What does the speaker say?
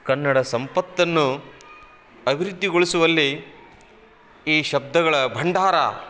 ಕನ್ನಡ ಸಂಪತ್ತನ್ನು ಅಭಿವೃದ್ಧಿಗೊಳಿಸುವಲ್ಲಿ ಈ ಶಬ್ದಗಳ ಭಂಡಾರ